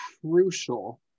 crucial